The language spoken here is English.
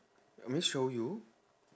you want me show you